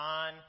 on